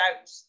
out